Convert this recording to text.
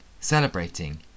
celebrating